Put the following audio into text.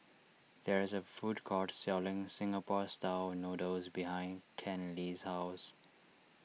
there is a food court selling Singapore Style Noodles behind Kenley's house